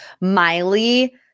Miley